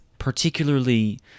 particularly